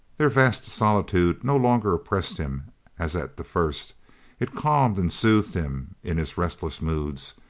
their vast solitude no longer oppressed him as at the first it calmed and soothed him in his restless moods,